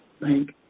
thank